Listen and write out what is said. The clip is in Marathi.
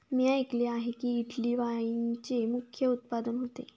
मी ऐकले आहे की, इटली वाईनचे मुख्य उत्पादक होते